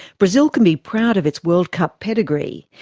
brazil can be proud of its world cup pedigree.